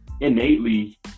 innately